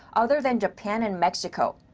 other than japan and mexico.